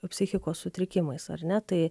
psichikos sutrikimais ar ne tai